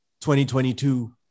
2022